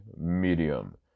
medium